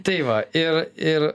tai va ir ir